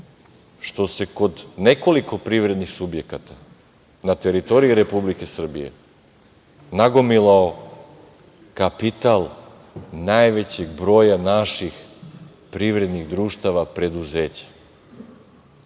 što se kod nekoliko privrednih subjekata na teritoriji Republike Srbije nagomilao kapital najvećeg broja naših privrednih društava, preduzeća.